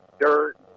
dirt